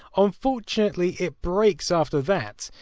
unfortunately it breaks after that,